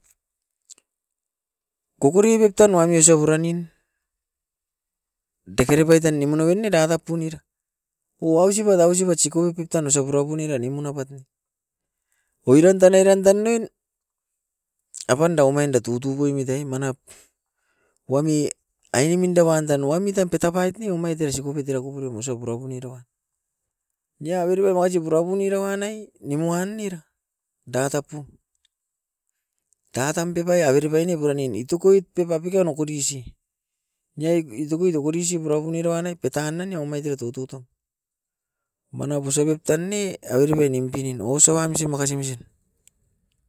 Kokore pep tan oami osai puran nin dekere pai tan nimu noven ne dadat punira, o ausipat ausipat sikobi pep tan ausa purapun era nimun avat ne. Oiran tan eran tan ne, apanda omain da tutou boimit ai manap koami ainemin dawandan waimitam petapait ne omait era sikobet era koporio osau purapu niroa. Nia averepai baasi purapunira wan nai nimuan era, datapu. Datam pep ai avere pai ne puranin itokoit pep apikan okudisi, niai itokui toko risiu purapun era nai petana ne omait teio tututap. Manap buso pep tan ne avere pai nimpinin osoam misim makasi misim.